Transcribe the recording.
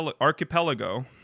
archipelago